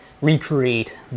recreate